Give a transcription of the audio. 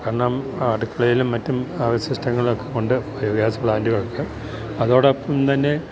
കാരണം അടുക്കളയിലും മറ്റും അവശിഷ്ടങ്ങളൊക്കെ കൊണ്ട് ബയോഗ്യാസ് പ്ലാൻറ്റുകൾക്ക് അതോടൊപ്പം തന്നെ